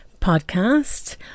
podcast